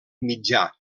mitjà